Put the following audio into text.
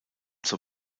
zur